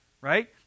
right